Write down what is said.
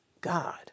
God